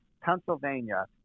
Pennsylvania